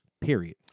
period